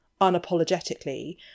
unapologetically